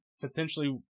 potentially